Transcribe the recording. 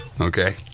Okay